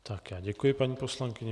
Tak já děkuji paní poslankyni.